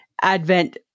Advent